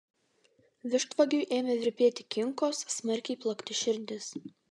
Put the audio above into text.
vištvagiui ėmė virpėti kinkos smarkiai plakti širdis